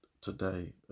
today